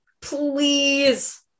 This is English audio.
please